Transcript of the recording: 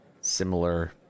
similar